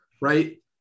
Right